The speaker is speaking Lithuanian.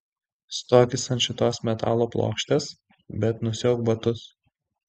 stokis ant šitos metalo plokštės bet nusiauk batus